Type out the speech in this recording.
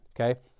Okay